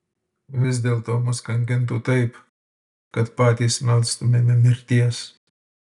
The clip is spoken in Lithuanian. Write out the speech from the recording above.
vis dėlto mus kankintų taip kad patys melstumėme mirties